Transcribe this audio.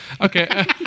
Okay